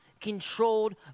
controlled